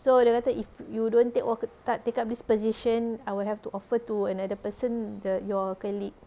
so dia kata if you don't take tak take up this position I'll have to offer to another person the your colleague